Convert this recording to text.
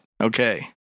Okay